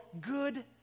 good